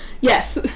Yes